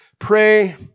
Pray